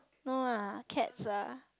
no lah cats lah